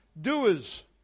doers